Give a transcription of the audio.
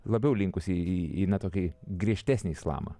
labiau linkusi į į na tokį griežtesnį islamą